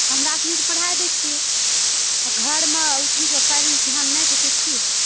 हमरा सनि तऽ पढ़ाय दै छियै घर मे पढ़यमे ध्यान नहि देतै तऽ की हेतै